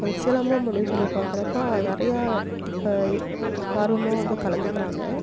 அந்த சிலம்பம் அப்படின்னு சொல்லி பாக்கிறப்ப அது நிறையா இப்போ ஆர்வமாக வந்து கலந்துக்கிறாங்க